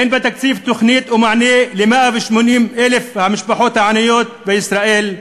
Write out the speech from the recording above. אין בתקציב תוכנית או מענה ל-180,000 המשפחות העניות בישראל,